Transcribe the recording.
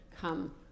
come